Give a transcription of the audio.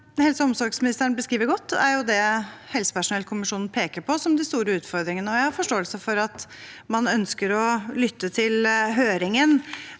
synes helse- og omsorgsministeren beskriver godt, er det helsepersonellkommisjonen peker på som de store utfordringene. Jeg har forståelse for at man ønsker å lytte til høringen